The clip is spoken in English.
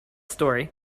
story